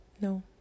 No